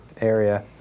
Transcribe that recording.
area